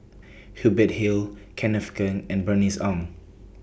Hubert Hill Kenneth Keng and Bernice Ong